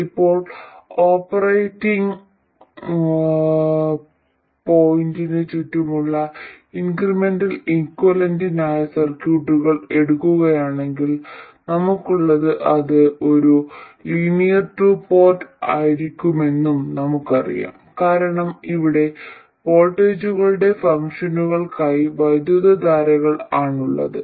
ഇപ്പോൾ ഓപ്പറേറ്റിംഗ് പോയിന്റിന് ചുറ്റുമുള്ള ഇൻക്രിമെന്റൽ ഇക്വിലന്റായ സർക്യൂട്ടുകൾ എടുക്കുകയാണെങ്കിൽ നമുക്കുള്ളത് അത് ഒരു ലീനിയർ ടു പോർട്ട് ആയിരിക്കുമെന്നും നമുക്കറിയാം കാരണം ഇവിടെ വോൾട്ടേജുകളുടെ ഫംഗ്ഷനുകളായി വൈദ്യുതധാരകൾ ആണുള്ളത്